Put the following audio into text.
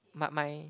but my